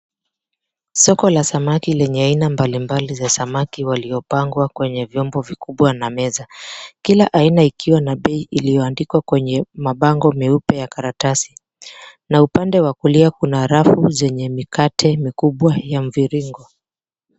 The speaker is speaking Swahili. Soko la samaki lenye aina mbalimbali za samaki waliopangwa kwenye vyombo vikubwa na meza, kila aina ikiwa na bei iliyoandikwa kwenye mabango meupe ya karatasi na upande wa kulia kuna rafu zenye mikate mikubwa ya mviringo.